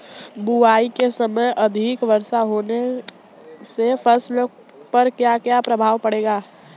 बुआई के समय अधिक वर्षा होने से फसल पर क्या क्या प्रभाव पड़ेगा?